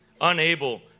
Unable